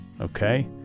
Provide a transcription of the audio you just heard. Okay